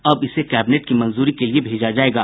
अब इसे कैबिनेट की मंजूरी के लिए भेजा जायेगा